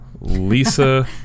Lisa